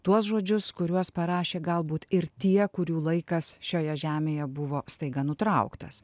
tuos žodžius kuriuos parašė galbūt ir tie kurių laikas šioje žemėje buvo staiga nutrauktas